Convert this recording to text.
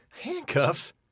Handcuffs